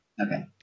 Okay